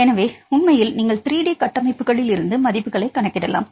எனவே உண்மையில் நீங்கள் 3 d கட்டமைப்புகளிலிருந்து மதிப்புகளைக் கணக்கிடலாம்